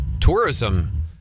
tourism